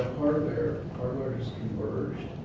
hardware hardware is converged,